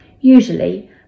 Usually